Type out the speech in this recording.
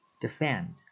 Defend